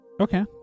Okay